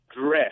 dress